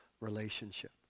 relationship